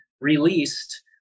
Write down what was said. released